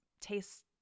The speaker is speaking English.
tastes